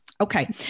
Okay